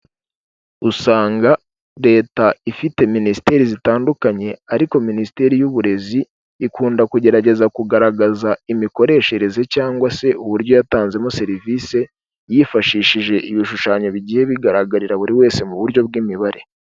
Usanga leta ifite Minisiteri zitandukanye ariko Minisiteri y'uburezi ikunda kugerageza kugaragaza imikoreshereze cyangwa se uburyo yatanzemo serivisi, yifashishije ibishushanyo bigiye bigaragarira buri wese, mu buryo bw'imibare.